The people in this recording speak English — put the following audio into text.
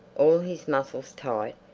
all his muscles tight,